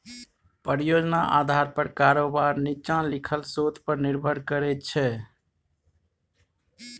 परियोजना आधार पर कारोबार नीच्चां लिखल शोध पर निर्भर करै छै